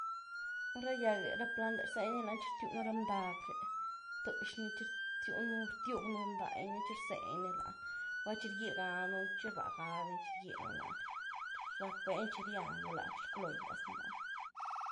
Nú ra gyagë, rá plantë, rzeni lany txi rtywg un ra bndagë tëx’ni txi rtiw nú, rtywg nunday ní txi rzeny lany, gulá txi rgíly ganu lany txi rbá gany txi rgíly un lany, rackbény txi rýanu lany, txi rculoo gyaz nú lany.